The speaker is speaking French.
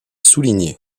souligné